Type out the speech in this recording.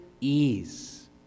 ease